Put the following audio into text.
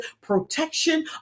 protection